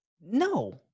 no